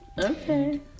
Okay